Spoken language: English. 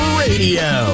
radio